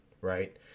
right